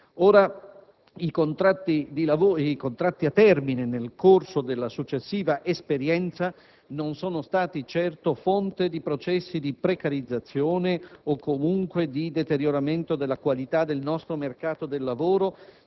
Ora, i contratti a termine nel corso della successiva esperienza non sono stati certo fonte di processi di precarizzazione o comunque di deterioramento della qualità del nostro mercato del lavoro,